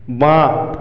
বাঁ